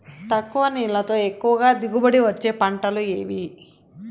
తక్కువ నీళ్లతో ఎక్కువగా దిగుబడి ఇచ్చే పంటలు ఏవి?